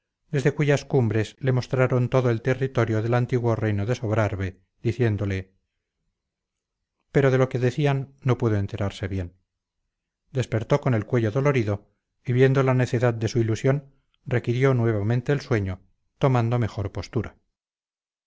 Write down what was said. desde cuyas cumbres le mostraron todo el territorio del antiguo reino de sobrarbe diciéndole pero de lo que decían no pudo enterarse bien despertó con el cuello dolorido y viendo la necedad de su ilusión requirió nuevamente el sueño tomando mejor postura